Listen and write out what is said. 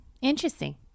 Interesting